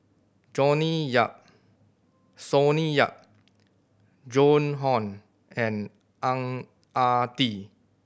Jonny Sonny Yap Joan Hon and Ang Ah Tee